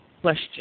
question